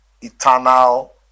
eternal